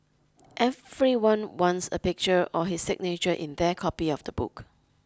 everyone wants a picture or his signature in their copy of the book